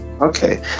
okay